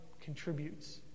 contributes